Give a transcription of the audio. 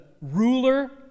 ruler